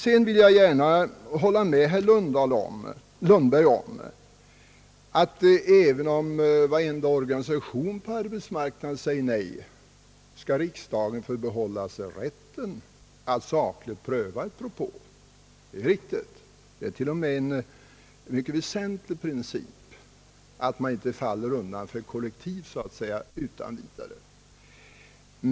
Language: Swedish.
Jag vill gärna hålla med herr Lundberg om att riksdagen skall förbehålla sig rätten att sakligt pröva en propå även om varenda organisation på arbetsmarknaden sagt nej. Det är riktigt. Det är t.o.m. en mycket väsentlig princip att man inte utan vidare faller undan för ett kollektiv.